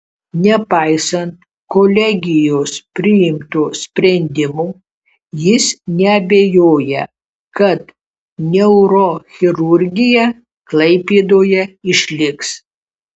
nepaisant kolegijos priimto sprendimo jis neabejoja kad neurochirurgija klaipėdoje išliks